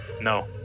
No